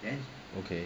okay